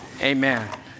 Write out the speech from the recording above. Amen